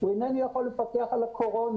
הוא איננו יכול לפקח על הקורונה.